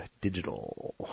digital